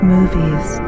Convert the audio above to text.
Movies